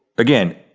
again,